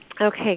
Okay